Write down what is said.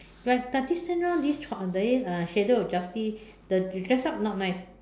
but but this time round this ch~ that means uh this shadow of justice the dress up not nice